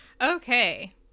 Okay